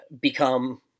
become